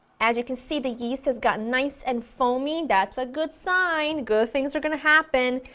as you can see the yeast has got nice and foamy, that's a good sign! good things are going to happen!